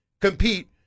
compete